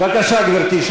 בבקשה, גברתי.